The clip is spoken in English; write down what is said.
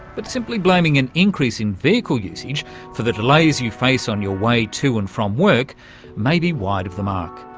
but simply blaming an increase in vehicle usage for the delays you face on your way to and from work may be wide of the mark.